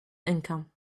income